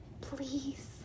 Please